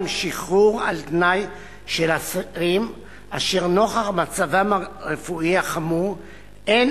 שחרור על-תנאי של אסירים אשר נוכח מצבם הרפואי החמור אין